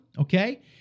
okay